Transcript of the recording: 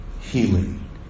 healing